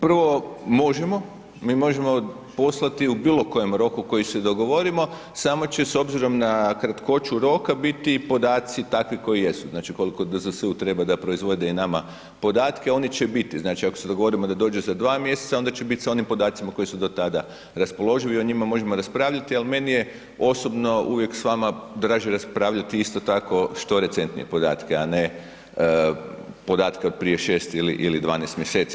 Prvo, možemo mi možemo poslati u bilo kojem roku koji se dogovorimo samo će s obzirom na kratkoću roka biti podaci takvi koji jesu, znači koliko DZS-u treba da proizvode i nama podatke oni će biti, znači ako se dogovorimo da dođe za 2 mjeseca onda će biti sa onim podacima koji su do tada raspoloživi i o njima možemo raspravljati, ali meni je osobno uvijek s vama draže raspravljati isto tako što recentnije podatke, a ne podatke od prije 6 ili 12 mjeseci.